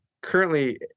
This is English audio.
currently